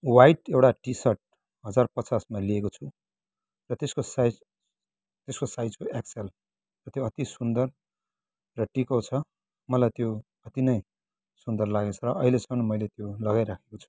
white एउटा t-shirt हजार पचासमामा लिएको छु र त्यसको साइज त्यसको साइजको एक्सएल अति सुन्दर र टिकाउ छ मलाई त्यो अति नै सुन्दर लागेको छ र अहिलेसम्म मैले त्यो लगाई राखेको छु